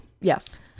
Yes